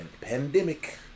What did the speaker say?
pandemic